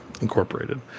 incorporated